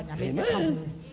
Amen